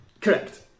correct